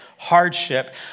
hardship